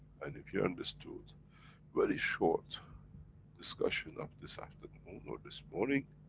and if you understood very short discussion of this afternoon, or this morning,